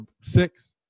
six